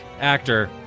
actor